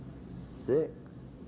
Six